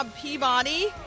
Peabody